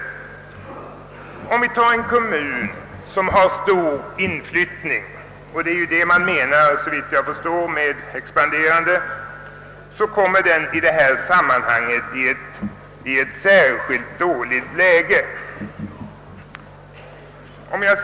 Låt oss som exempel ta en kommun med stor inflyttning — det är ju det man menar, såvitt jag förstår, med en »expanderande kommun». En sådan kommun kommer när det gäller utbetalning av skatteförskotten i ett särskilt dåligt läge.